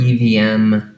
EVM